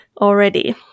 already